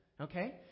okay